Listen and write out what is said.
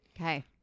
Okay